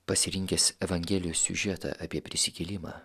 pasirinkęs evangelijos siužetą apie prisikėlimą